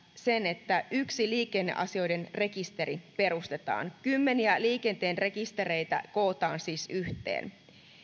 sen että yksi liikenneasioiden rekisteri perustetaan kymmeniä liikenteen rekistereitä kootaan siis yhteen